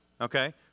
Okay